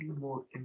more